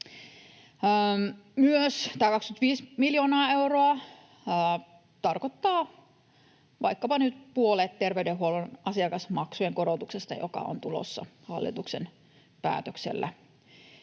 Tämä 25 miljoonaa euroa tarkoittaa myös vaikkapa nyt puolta terveydenhuollon asiakasmaksujen korotuksesta, joka on tulossa hallituksen päätöksellä